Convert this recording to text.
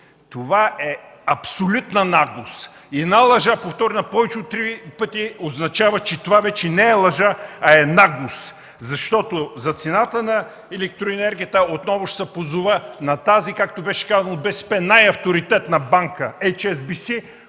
Това е абсолютна наглост. Една лъжа повторена повече от три пъти означава, че това вече не е лъжа, а е наглост. Защото за цената на електроенергията, отново ще се позова на тази, както беше казано от БСП, най-авторитетна банка „Ейч